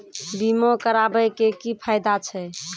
बीमा कराबै के की फायदा छै?